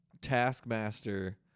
Taskmaster